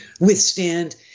withstand